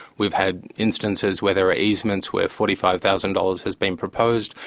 we've had instances where there are easements, where forty five thousand dollars has been proposed.